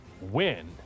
win